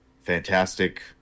fantastic